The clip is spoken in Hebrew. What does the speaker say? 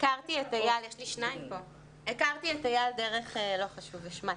"הכרתי את אייל" לא חשוב, הושמט.